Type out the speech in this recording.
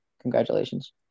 Congratulations